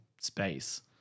space